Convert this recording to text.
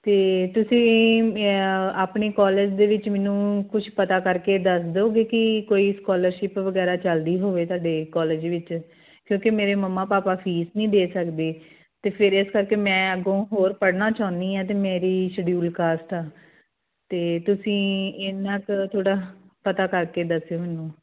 ਤਾਂ ਤੁਸੀਂ ਆਪਣੇ ਕੋਲੇਜ ਦੇ ਵਿੱਚ ਮੈਨੂੰ ਕੁਛ ਪਤਾ ਕਰਕੇ ਦੱਸ ਦਓਗੇ ਕਿ ਕੋਈ ਸਕੋਲਰਸ਼ਿਪ ਵਗੈਰਾ ਚੱਲਦੀ ਹੋਵੇ ਤੁਹਾਡੇ ਕੋਲੇਜ ਵਿੱਚ ਕਿਉਂਕਿ ਮੇਰੇ ਮੰਮਾ ਪਾਪਾ ਫੀਸ ਨਹੀਂ ਦੇ ਸਕਦੇ ਤਾਂ ਫਿਰ ਇਸ ਕਰਕੇ ਮੈਂ ਅੱਗੋਂ ਹੋਰ ਪੜ੍ਹਨਾ ਚਾਹੁੰਦੀ ਹਾਂ ਤੇ ਮੇਰੀ ਸ਼ਡਿਊਲ ਕਾਸਟ ਆ ਅਤੇ ਤੁਸੀਂ ਇੰਨਾ ਕੁ ਥੋੜ੍ਹਾ ਪਤਾ ਕਰਕੇ ਦੱਸਿਓ ਮੈਨੂੰ